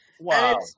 Wow